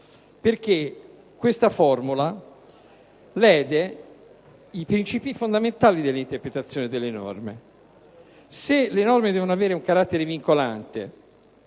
perché tale formula lede i principi fondamentali dell'interpretazione delle norme. Se le norme devono avere un carattere vincolante,